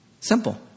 Simple